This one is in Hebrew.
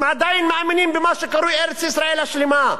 הם עדיין מאמינים במה שקרוי ארץ-ישראל השלמה,